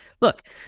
Look